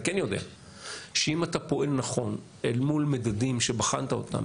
כן יודע שאם אתה פועל נכון אל מול מדדים שבחנת אותם,